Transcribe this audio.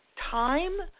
time